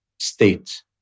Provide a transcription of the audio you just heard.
state